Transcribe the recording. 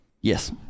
Yes